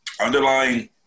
underlying